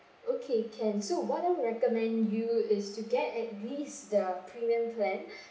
okay can so what I recommend you is to get at least the premium plan